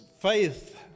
faith